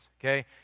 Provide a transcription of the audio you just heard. okay